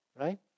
right